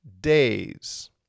days